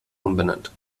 umbenannt